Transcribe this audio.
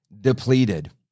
depleted